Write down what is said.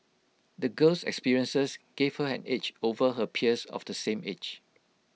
the girl's experiences gave her an edge over her peers of the same age